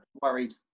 Worried